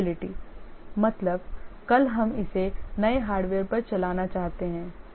portability मतलब कल हम इसे नए हार्डवेयर पर चलाना चाहते हैं